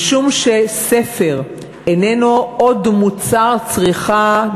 משום שספר איננו עוד מוצר צריכה,